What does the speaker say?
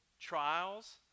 Trials